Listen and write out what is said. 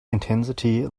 intensity